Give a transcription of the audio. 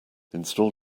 install